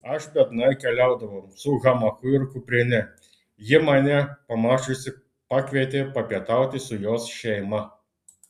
aš biednai keliaudavau su hamaku ir kuprine ji mane pamačiusi pakvietė papietauti su jos šeima